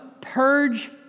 purge